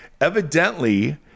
evidently